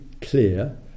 clear